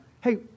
hey